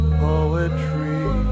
poetry